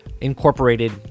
incorporated